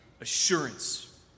Assurance